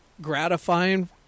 gratifying